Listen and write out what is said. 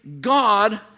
God